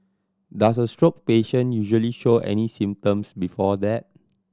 does a stroke patient usually show any symptoms before that